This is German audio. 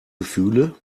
gefühle